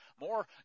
more